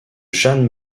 jeanne